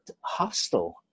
hostile